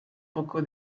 poco